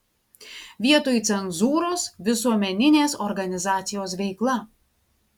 vietoj cenzūros visuomeninės organizacijos veikla